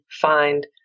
find